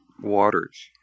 waters